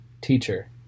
Teacher